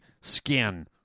skin